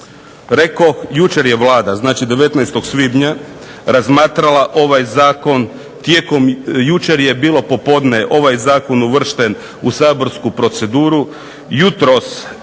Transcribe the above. Rekoh jučer je Vlada, znači 19. svibnja razmatrala ovaj zakon tijekom, jučer je bilo popodne ovaj zakon uvršten u saborsku proceduru, jutros